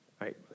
right